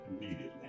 immediately